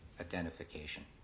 identification